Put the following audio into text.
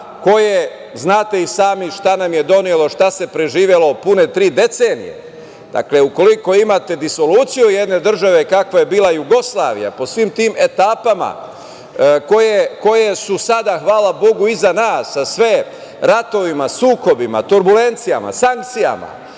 koje, znate i sami, šta nam je donelo, šta se preživelo pune tri decenije. Dakle, ukoliko imate disoluciju jedne države kakva je bila Jugoslavija po svim tim etapama koje su sada, hvala Bogu, iza nas, sa sve ratovima, sukobima, turbulencijama, sankcijama,